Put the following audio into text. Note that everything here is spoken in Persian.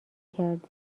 کردی